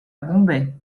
bombay